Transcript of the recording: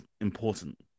important